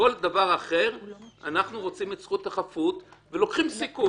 בכל דבר אחר אנחנו רוצים את זכות החפות ולוקחים סיכון.